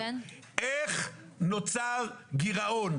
איך נוצר גירעון?